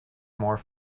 more